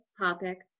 topic